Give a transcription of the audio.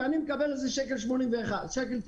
ואני מקבל על זה 1.91 שקל.